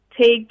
take